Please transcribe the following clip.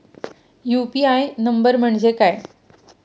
UPI number म्हणजे काय?